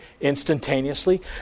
instantaneously